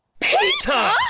Peter